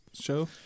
show